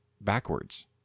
backwards